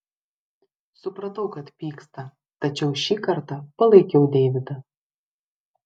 supratau kad pyksta tačiau šį kartą palaikiau deividą